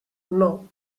non